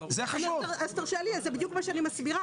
תרשה לי, זה בדיוק מה שאני מסבירה.